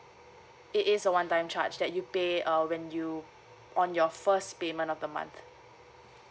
it is a one time charge that you pay uh when you on your first payment of the month